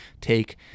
take